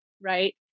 right